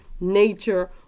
nature